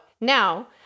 now